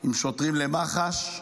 עם שוטרים למח"ש,